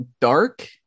dark